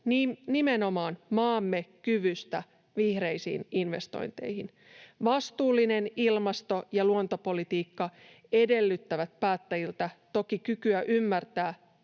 nimenomaan maamme kyvystä vihreisiin investointeihin. Vastuullinen ilmasto- ja luontopolitiikka edellyttävät päättäjiltä toki kykyä ymmärtää